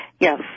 Yes